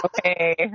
Okay